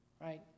right